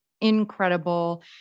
incredible